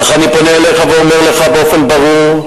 אך אני פונה אליך ואומר לך באופן ברור,